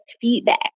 feedback